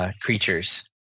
creatures